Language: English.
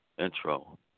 Intro